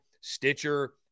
Stitcher